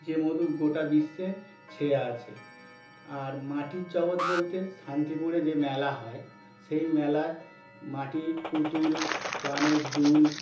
যে মধু গোটা বিশ্বে ছেয়ে আছে আর মাটির জগত বলতে শান্তিপুরে যে মেলা হয় সেই মেলায় মাটির পুতুল কানের দুল